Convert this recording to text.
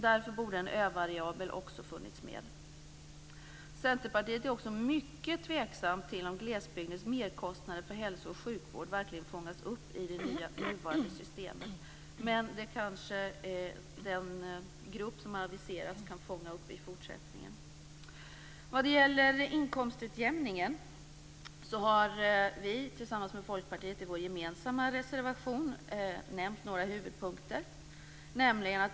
Därför borde också en övariabel ha funnits med. Centerpartiet är också mycket tveksamt till om glesbygdens merkostnader för hälso och sjukvård verkligen fångas upp av det nuvarande systemet, men det kan kanske den aviserade gruppen fånga upp i fortsättningen. Vad gäller inkomstutjämning har vi tillsammans med Folkpartiet nämnt några huvudpunkter i vår gemensamma reservation.